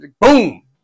boom